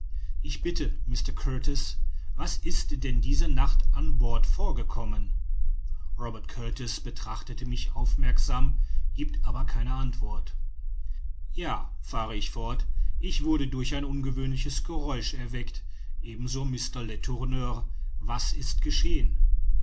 ich bitte mr kurtis was ist denn diese nacht an bord vorgekommen robert kurtis betrachtet mich aufmerksam giebt aber keine antwort ja fahre ich fort ich wurde durch in ungewöhnliches geräusch erweckt ebenso mr letourneur was ist geschehen